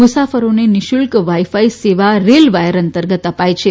મુસાફરોને નિઃશુલ્ક વાઈફાઈ સેવા રેલવાયર અંતર્ગત અપાય છે